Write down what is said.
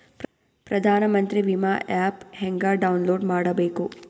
ಪ್ರಧಾನಮಂತ್ರಿ ವಿಮಾ ಆ್ಯಪ್ ಹೆಂಗ ಡೌನ್ಲೋಡ್ ಮಾಡಬೇಕು?